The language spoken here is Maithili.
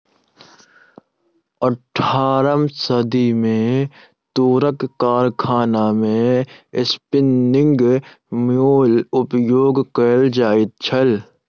अट्ठारम सदी मे तूरक कारखाना मे स्पिन्निंग म्यूल उपयोग कयल जाइत छल